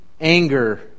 anger